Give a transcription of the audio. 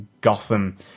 Gotham